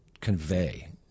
convey